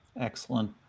excellent